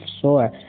Sure